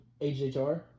HHR